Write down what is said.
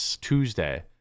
Tuesday